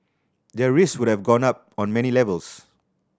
their risks would have gone up on many levels